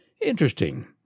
Interesting